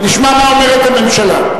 נשמע מה אומרת הממשלה.